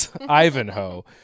Ivanhoe